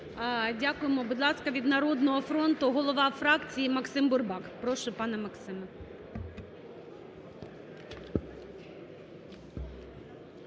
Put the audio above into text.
Дякуємо. Будь ласка, від "Народного фронту" голова фракції Максим Бурбак. Прошу, пане Максиме.